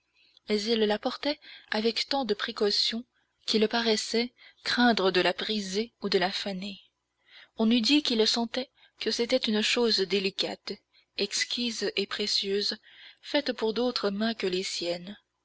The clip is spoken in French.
il la portait avec tant de précaution qu'il paraissait craindre de la briser ou de la faner on eût dit qu'il sentait que c'était une chose délicate exquise et précieuse faite pour d'autres mains que les siennes